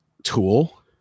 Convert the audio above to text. Tool